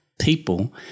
people